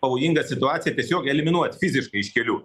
pavojingą situaciją tiesiog eliminuot fiziškai iš kelių